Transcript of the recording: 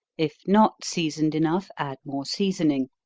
if not seasoned enough, add more seasoning,